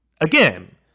Again